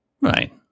Right